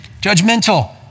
judgmental